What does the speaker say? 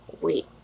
wait